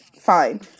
fine